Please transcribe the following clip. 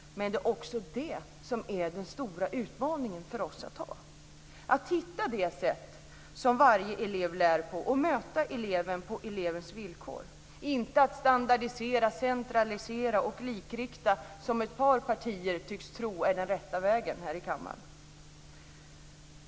Men det är också det som är den stora utmaningen för oss att ta, att hitta det sätt som varje elev lär på och möta eleven på elevens villkor, inte att standardisera, centralisera och likrikta som ett par partier här i kammaren tycks tro är den rätta vägen.